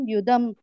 Yudam